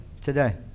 today